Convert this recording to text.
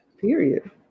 Period